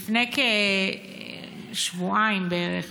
לפני כשבועיים בערך